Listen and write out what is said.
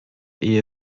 ehe